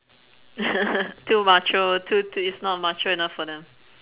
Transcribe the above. too macho too too it's not macho enough for them